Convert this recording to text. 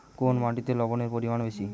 কোন মাটিতে লবণের পরিমাণ বেশি?